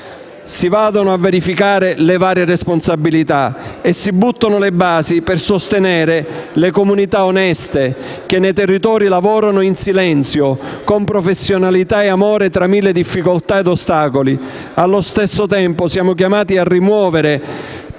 Si vadano a verificare le varie responsabilità e si gettino le basi per sostenere le comunità oneste, che nei territori lavorano in silenzio, con professionalità e amore, tra mille difficoltà e ostacoli. Allo stesso tempo siamo chiamati a rimuovere